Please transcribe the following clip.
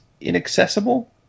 inaccessible